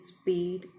speed